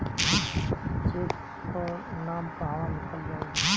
Check पर नाम कहवा लिखल जाइ?